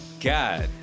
God